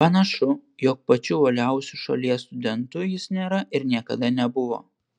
panašu jog pačiu uoliausiu šalies studentu jis nėra ir niekada nebuvo